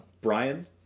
Brian